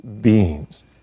beings